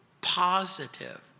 positive